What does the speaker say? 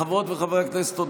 חברות וחברי הכנסת,